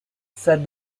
said